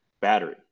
battery